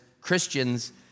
Christians